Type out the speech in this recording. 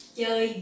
Chơi